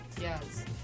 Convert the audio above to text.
Yes